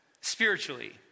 spiritually